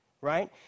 Right